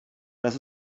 das